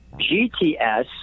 GTS